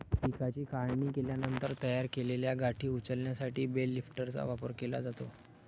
पिकाची काढणी केल्यानंतर तयार केलेल्या गाठी उचलण्यासाठी बेल लिफ्टरचा वापर केला जातो